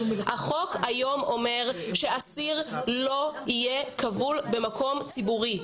החוק היום אומר שאסיר לא יהיה כבול במקום ציבורי.